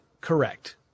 correct